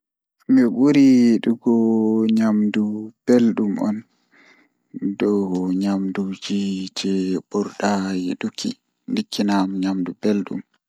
Mi buri yiduki nyamdu beldum on ngam dow nyamduuji jei burdaa yiduki ndikkina am nyamdu beldum.